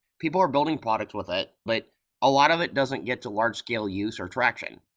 people are building products with it, but a lot of it doesn't get to large scale use or traction.